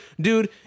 dude